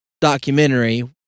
documentary